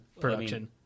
production